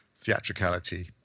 Theatricality